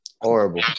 Horrible